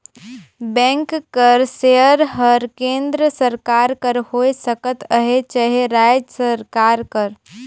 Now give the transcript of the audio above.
bank कर सेयर हर केन्द्र सरकार कर होए सकत अहे चहे राएज सरकार कर